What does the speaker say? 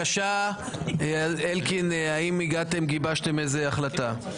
אלקין, האם גיבשתם איזו החלטה?